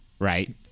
Right